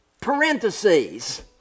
parentheses